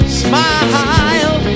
smile